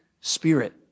Spirit